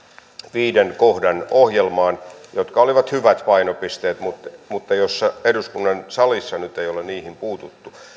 viiden kohdan ohjelmaan jotka olivat hyvät painopisteet mutta mutta joihin eduskunnan salissa nyt ei ole puututtu